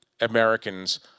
Americans